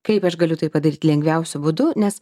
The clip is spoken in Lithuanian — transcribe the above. kaip aš galiu tai padaryt lengviausiu būdu nes